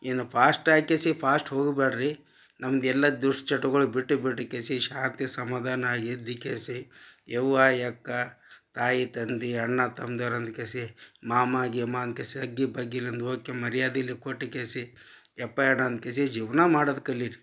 ಏನು ಫಾಶ್ಟ್ ಆಕೇಸಿ ಫಾಶ್ಟ್ ಹೋಗ್ಬೇಡ್ರಿ ನಮ್ದು ಎಲ್ಲ ದುಶ್ಚಟಗಳು ಬಿಟ್ಟು ಬಿಟ್ಕೇಸಿ ಶಾಂತಿ ಸಮಧಾನ ಆಗಿದ್ದಕೇಸಿ ಅವ್ವ ಅಕ್ಕ ತಾಯಿ ತಂದೆ ಅಣ್ಣ ತಮ್ದೋರು ಅಂದ್ಕೇಸಿ ಮಾಮ ಗೀಮ ಅಂದ್ಕೇಸಿ ತಗ್ಗಿ ಬಗ್ಗಿ ಇಲ್ಲಿಂದ ಹೋಗಿ ಮರ್ಯಾದೆ ಇಲ್ಲಿ ಕೊಟ್ಕೇಸಿ ಅಂದ್ಕೇಸಿ ಜೀವನ ಮಾಡೋದ್ ಕಲಿಯಿರಿ